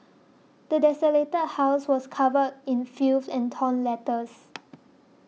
the desolated house was covered in filth and torn letters